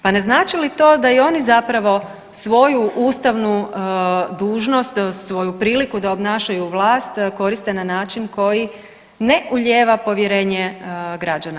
Pa ne znači li to da i oni zapravo svoju ustavnu dužnost, svoju priliku da obnašaju vlast, koriste na način koji ne ulijeva povjerenje građana.